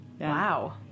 Wow